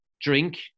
drink